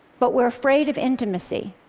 but we're afraid of intimacy.